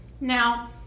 Now